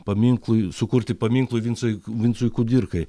paminklui sukurti paminklui vincui vincui kudirkai